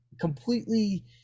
completely